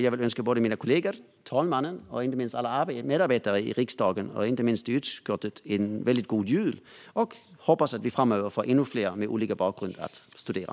Jag vill önska mina kollegor, talmannen och inte minst alla medarbetare i riksdagen och utskottet en god jul. Jag hoppas att vi framöver får ännu fler personer med olika bakgrund att studera.